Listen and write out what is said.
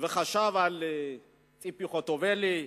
וחשב על ציפי חוטובלי,